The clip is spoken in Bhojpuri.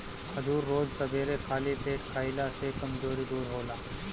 खजूर रोज सबेरे खाली पेटे खइला से कमज़ोरी दूर होला